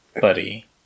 buddy